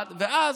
ואז,